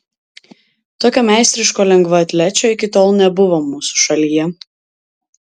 tokio meistriško lengvaatlečio iki tol nebuvo mūsų šalyje